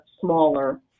smaller